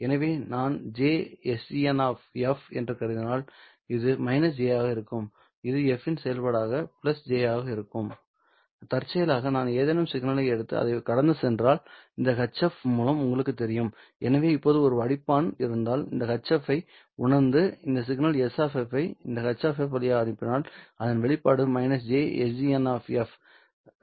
எனவே நான் j sgn என்று எழுதினால் இது -j ஆக இருக்கும் இது f இன் செயல்பாடாக j ஆக இருக்கும் தற்செயலாக நான் ஏதேனும் சிக்னலை எடுத்து அதை கடந்து சென்றால் இந்த H மூலம் உங்களுக்குத் தெரியும் எனவே இப்போது ஒரு வடிப்பான் இருந்தால் இந்த H ஐ உணர்ந்து இந்த சிக்னல் S ஐ இந்த H வழியாக அனுப்பினால் இதன் வெளியீடு -j sgn